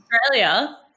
Australia